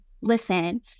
listen